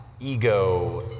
ego